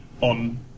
on